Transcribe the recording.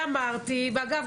אגב,